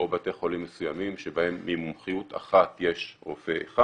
או בתי חולים מסוימים שבהם במומחיות אחת יש רופא אחד,